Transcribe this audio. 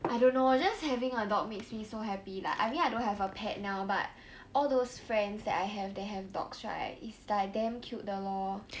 I don't know just having a dog makes me so happy lah I mean I don't have a pet now but all those friends that I have that have dogs right is like damn cute 的 lor